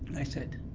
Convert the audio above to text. i said,